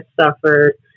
suffered